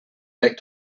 back